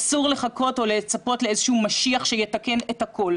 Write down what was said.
אסור לחכות או לצפות לאיזשהו משיח שיתקן את הכול.